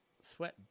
sweat